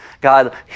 God